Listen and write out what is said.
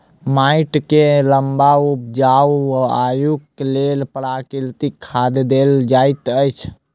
माइट के लम्बा उपजाऊ आयुक लेल प्राकृतिक खाद देल जाइत अछि